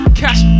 cash